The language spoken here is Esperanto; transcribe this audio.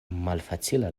malfacila